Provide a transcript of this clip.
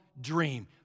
dream